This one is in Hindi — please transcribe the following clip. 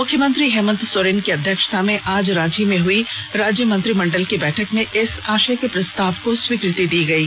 मुख्यमंत्री हेमंत सोरेन की अध्यक्षता में आज रांची में हुई राज्य मंत्रिमंडल की बैठक में इस आषय के प्रस्ताव को स्वीकृति प्रदान की गयी